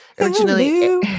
Originally